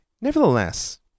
Nevertheless